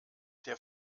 der